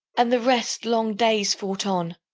and the rest long days fought on,